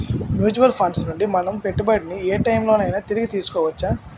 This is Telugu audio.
మ్యూచువల్ ఫండ్స్ నుండి మన పెట్టుబడిని ఏ టైం లోనైనా తిరిగి తీసుకోవచ్చా?